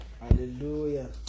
Hallelujah